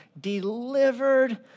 Delivered